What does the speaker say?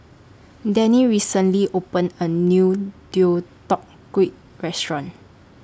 Dennie recently opened A New Deodeok Gui Restaurant